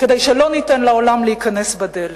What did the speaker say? כדי שלא ניתן לעולם להיכנס בדלת.